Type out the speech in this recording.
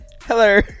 Hello